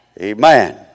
Amen